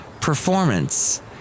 performance